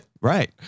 Right